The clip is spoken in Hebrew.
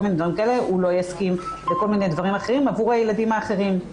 הוא לא יסכים לכל מיני דברים אחרים עבור הילדים האחרים.